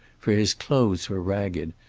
for his clothes were ragged,